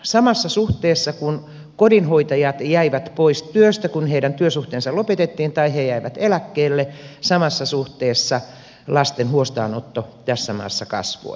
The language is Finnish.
samassa suhteessa kuin kodinhoitajat jäivät pois työstä kun heidän työsuhteensa lopetettiin tai he jäivät eläkkeelle lasten huostaanotto tässä maassa kasvoi